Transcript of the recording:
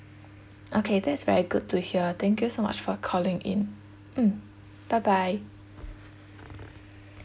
okay that's very good to hear thank you so much for calling in mm bye bye